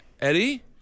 Eddie